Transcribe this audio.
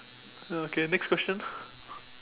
ya okay next question